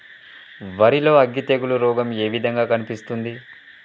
వరి లో అగ్గి తెగులు రోగం ఏ విధంగా కనిపిస్తుంది?